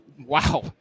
Wow